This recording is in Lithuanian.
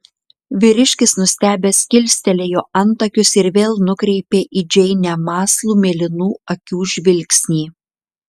vyriškis nustebęs kilstelėjo antakius ir vėl nukreipė į džeinę mąslų mėlynų akių žvilgsnį